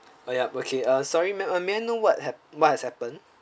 oh yup okay uh sorry ma'am uh may I know what have what has happened